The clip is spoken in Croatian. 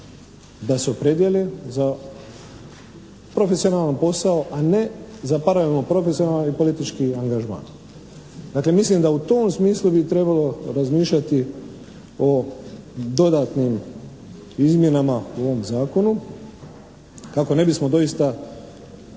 da se opredijele za profesionalan posao, a ne za paralelno profesionalni i politički angažman. Dakle, mislim da u tom smislu bi trebalo razmišljati o dodatnim izmjenama u ovom zakonu kako ne bismo doista dolazili